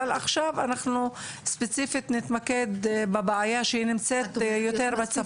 אבל עכשיו אנחנו ספציפית נתמקד בבעיה שנמצאת יותר בצפון.